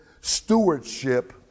stewardship